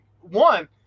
one